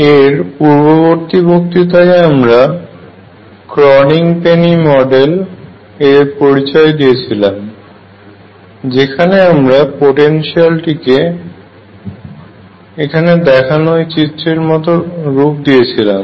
এর পূর্ববর্তী বক্তৃতায় আমরা ক্রনিগ পেনি মডেল এর পরিচয় দিয়েছিলাম যেখানে আমরা পোটেনশিয়ালটিকে এখানে দেখানো এই চিত্রটির মত রূপ দিয়েছিলাম